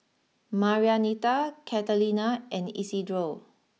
Marianita Catalina and Isidro